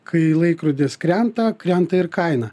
kai laikrodis krenta krenta ir kaina